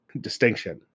distinction